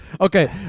Okay